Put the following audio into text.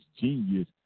genius